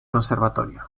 conservatorio